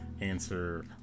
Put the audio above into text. answer